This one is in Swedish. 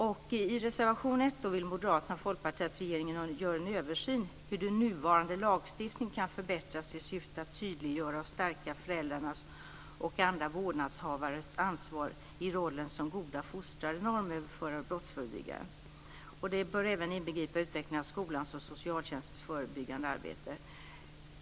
I reservation 1 vill Moderaterna och Folkpartiet att regeringen gör en översyn av hur den nuvarande lagstiftningen kan förbättras i syfte att tydliggöra och stärka föräldrarnas och andra vårdnadshavares ansvar i rollen som goda fostrare, normöverförare och brottsförebyggare. Det bör även inbegripa utvecklingen av skolans och socialtjänstens förebyggande arbete.